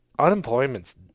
unemployment's